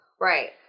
Right